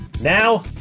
Now